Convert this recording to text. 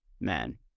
Man